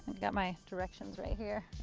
got my directions right here.